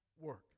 work